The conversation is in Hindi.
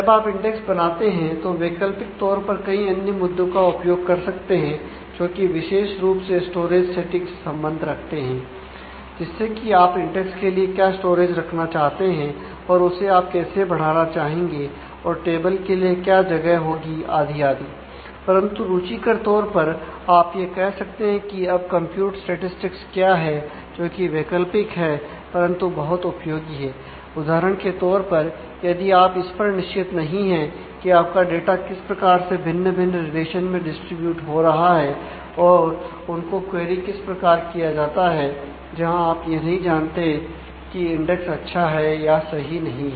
जब आप इंडेक्स बनाते हैं तो वैकल्पिक तौर पर कई अन्य मुद्दों का उपयोग कर सकते हैं जो कि विशेष रूप से स्टोरेज सेटिंग हो रहा है और उनको क्वेरी किस प्रकार किया जाता है जहां आप यह नहीं जानते कि इंडेक्स अच्छा है या सही नहीं है